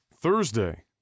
Thursday